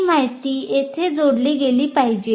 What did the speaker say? ती माहिती येथे जोडली गेली पाहिजे